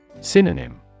Synonym